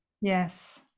yes